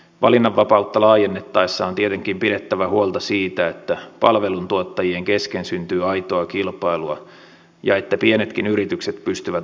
valinnanvapautta laajennettaessa on tietenkin pidettävä huolta siitä että palveluntuottajien kesken syntyy aitoa kilpailua ja että pienetkin yritykset pystyvät osallistumaan markkinoille